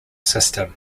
system